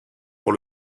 pour